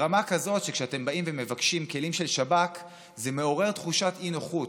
ברמה כזאת שכשאתם באים ומבקשים כלים של שב"כ זה מעורר תחושת אי-נוחות.